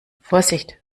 vorsicht